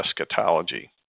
eschatology